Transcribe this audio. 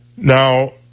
Now